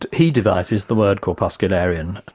he devises the word corpuscularian.